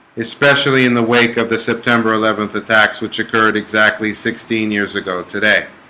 especially in the wake of the september eleventh attacks which occurred exactly sixteen years ago today